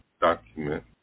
document